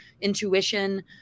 intuition